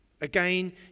again